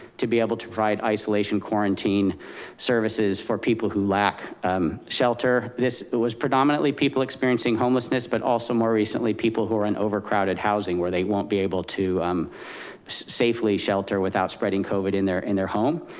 to be able to provide isolation quarantine services for people who lack shelter. this was predominantly people experiencing homelessness, but also more recently people who are in overcrowded housing, where they won't be able to um safely shelter without spreading covid in their in their home.